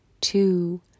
two